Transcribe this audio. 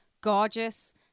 gorgeous